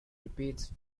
repeats